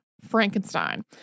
Frankenstein